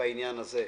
בעניין הזה.